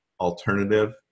alternative